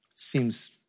Seems